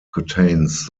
contains